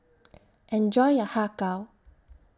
Enjoy your Har Kow